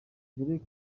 derek